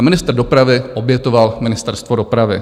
Ministr dopravy obětoval Ministerstvo dopravy.